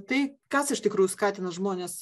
tai kas iš tikrųjų skatina žmones